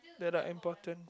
that are important